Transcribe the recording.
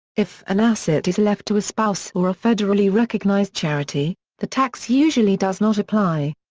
if an asset is left to a spouse or a federally recognized charity, the tax usually does not apply.